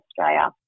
Australia